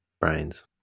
Brains